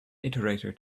iterator